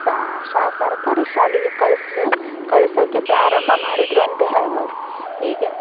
ಸಾ ಷ ಸರ್ಕಾರಿ ಶಾಲೆಗೆ ಕಳಿಸ್ಲು ಕಳಿಸೋಕ್ಕೆ ಪ್ರಾರಂಭ ಮಾಡಿದರು ಅಂತ ಹೇಳ್ಬೋದು ಹೀಗೆ